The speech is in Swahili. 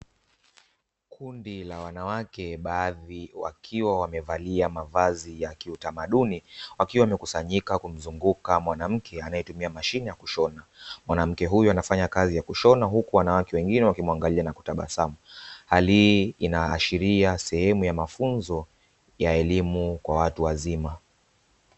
Kundi la wanawake baadhi wakiwa wamevalia mavazi ya kiutamaduni, wakiwa wamekusanyika kumzunguka mwanamke anayetumia mashine ya kushona. Mwanamke huyo anafanya kazi ya kushona huku wanawake wengine wakimuangalia na kutabasamu. Hali hii inaashiria sehemu ya mafunzo ya elimu kwa watu wazima.